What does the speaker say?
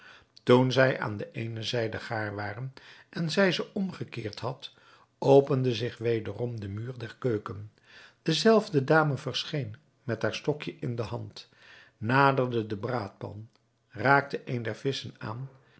toen zij aan de eene zijde gaar waren en zij ze omgekeerd had opende zich wederom de muur der keuken dezelfde dame verscheen met haar stokje in de hand naderde de braadpan raakte een der visschen aan